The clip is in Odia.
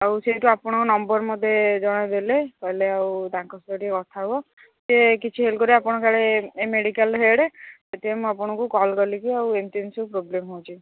ଆଉ ସେଇଠୁ ଆପଣଙ୍କ ନମ୍ବର ମୋତେ ଜଣେ ଦେଲେ କହିଲେ ଆଉ ତାଙ୍କ ସହିତ ଟିକେ କଥା ହବ ସେ କିଛି ହେଲ୍ପ କରିବେ ଆପଣ କାଳେ ଏ ମେଡ଼ିକାଲ ହେଡ଼୍ ସେଥିପାଇଁ ମୁଁ ଆପଣଙ୍କୁ କଲ୍ କିରିକି ଆଉ ଏମିତିି ସବୁ ପ୍ରୋବ୍ଲେମ୍ ହେଉଛି